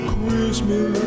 Christmas